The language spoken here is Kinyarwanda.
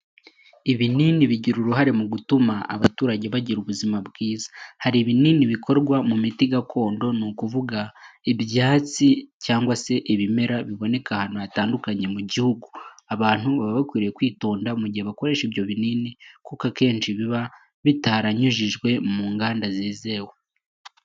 Ibinini bigira uruhare mu gutuma abaturage bagira ubuzima bwiza, hari ibinini bikorwa mu miti gakondo ni ukuvuga ibyatsi cyangwa se ibimera biboneka ahantu hatandukanye mu gihugu, abantu baba bakwiriye kwitonda mu gihe bakoresha ibyo binini kuko akenshi biba bitaranyujijwe mu nganda zizewe.